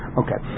okay